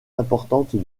importantes